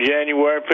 January